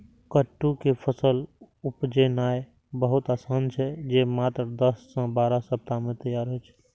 कट्टू के फसल उपजेनाय बहुत आसान छै, जे मात्र दस सं बारह सप्ताह मे तैयार होइ छै